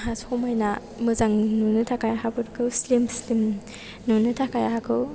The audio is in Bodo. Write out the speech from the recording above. हा समायना मोजां नुनो थाखाय हाफोरखौ स्लिम स्लिम नुनो थाखाय हाखौ